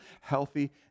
healthy